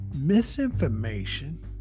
misinformation